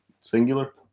Singular